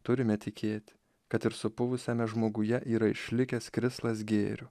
turime tikėti kad ir supuvusiame žmoguje yra išlikęs krislas gėriu